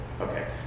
Okay